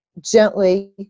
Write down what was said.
gently